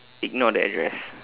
ignore the address